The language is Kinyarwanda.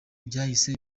byahise